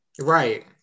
Right